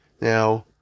Now